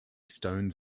stones